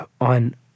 on